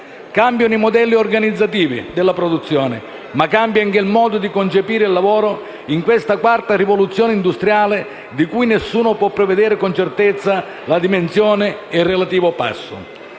Cambiano i modelli organizzativi della produzione, ma cambia anche il modo di concepire il lavoro in questa quarta rivoluzione industriale di cui nessuno può prevedere con certezza la dimensione e il relativo passo.